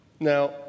Now